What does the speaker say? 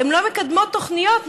הן לא מקדמות תוכניות,